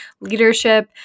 leadership